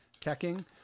teching